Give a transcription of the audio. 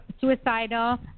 suicidal